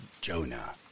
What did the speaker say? Jonah